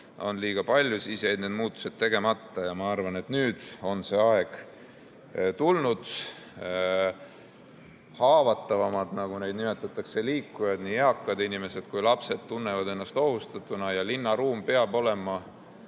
on liiga palju, aga need muudatused jäid tegemata. Ma arvan, et nüüd on see aeg tulnud. Haavatavamad, nagu neid nimetatakse, liikujad, nii eakad inimesed kui ka lapsed, tunnevad ennast ohustatuna. Aga linnaruum peab olema